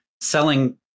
selling